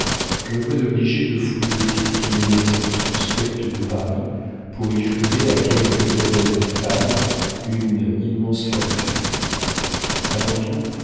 je me vois obligé de fouiller toutes les maisons suspectes de paris pour y jeter à quelque mauvaise femme une immense fortune avant tout